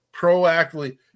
proactively